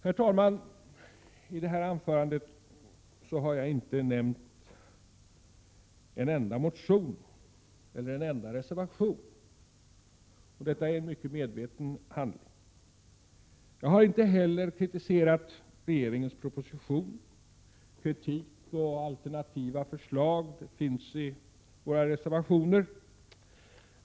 Herr talman! I detta anförande har jag inte nämnt en enda motion eller en enda reservation — och detta är mycket medvetet. Jag har inte heller kritiserat regeringens proposition; kritik och alternativa förslag finns i reservationerna.